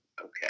okay